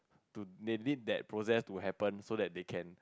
to they need that process to happen so that they can